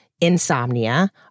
insomnia